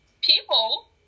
people